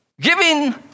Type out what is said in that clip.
Giving